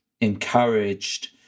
encouraged